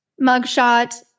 mugshot